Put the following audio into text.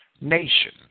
nation